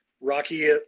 Rocky